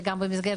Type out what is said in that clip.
וגם במסגרת